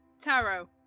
Taro